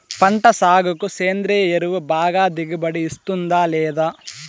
పంట సాగుకు సేంద్రియ ఎరువు బాగా దిగుబడి ఇస్తుందా లేదా